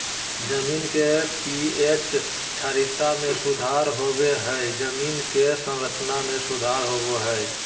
जमीन के पी.एच क्षारीयता में सुधार होबो हइ जमीन के संरचना में सुधार होबो हइ